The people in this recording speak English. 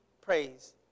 praise